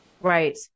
Right